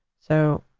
so